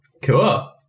Cool